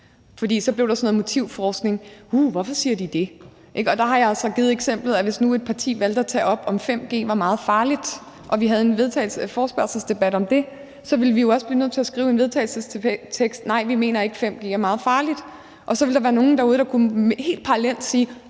der så blev sådan noget motivforskning: Uh, hvorfor siger de det? Der har jeg så givet det eksempel, at hvis nu et parti valgte at tage spørgsmålet om, om 5G var meget farligt, op, og vi havde en forespørgselsdebat om det, så ville vi jo også blive nødt til at skrive en vedtagelsestekst: Nej, vi ikke mener, at 5G er meget farligt. Og så ville der være nogle derude, der helt parallelt kunne